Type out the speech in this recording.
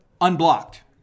unblocked